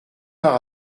par